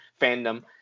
fandom